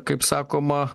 kaip sakoma